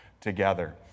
together